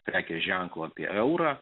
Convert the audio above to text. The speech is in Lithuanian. prekės ženklo apie eurą